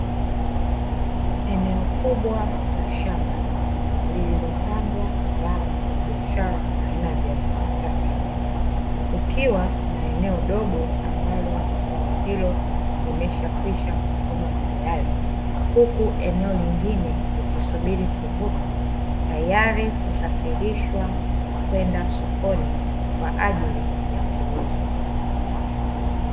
Eneo kubwa la shamba lililopandwa zao la biashara aina ya viazi mbatata, kukiwa na eneo dogo ambalo zao hilo limeshakwisha kuvunwa tayari, huku eneo lingine likisubiri kuvunwa, tayari kusafirishwa kwenda sokoni kwa ajili ya kuuzwa .